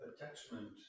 Attachment